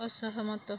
ଅସହମତ